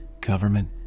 government